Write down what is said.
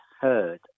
heard